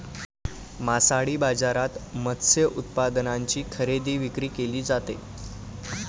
मासळी बाजारात मत्स्य उत्पादनांची खरेदी विक्री केली जाते